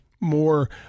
more